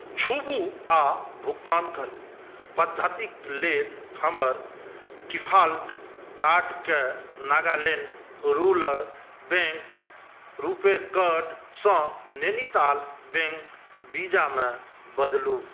छुबू आ भुगतान करू पद्धतिक लेल हमर डिफाल्ट कार्डके Nagaland rural bank RuPay card सँ नैनीताल बैंक वीज़ामे बदलु